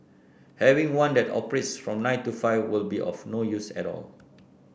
having one that operates from nine to five will be of no use at all